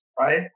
right